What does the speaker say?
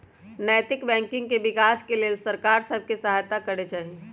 नैतिक बैंकिंग के विकास के लेल सरकार सभ के सहायत करे चाही